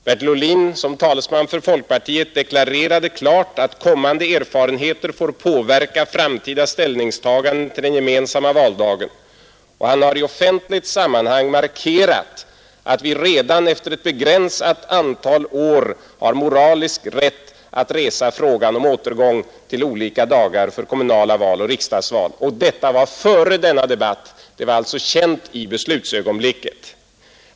Bertil Ohlin, som talesman för folkpartiet, deklarerade klart att kommande erfarenheter får påverka framtida ställningstaganden till den gemensamma valdagen. Han har i offentligt sammanhang markerat att vi redan efter ett begränsat antal år har moralisk rätt att resa frågan om återgång till olika dagar för kommunala val och riksdagsval. Detta gjorde han före denna debatt, och det var alltså känt i beslutsögonblicket.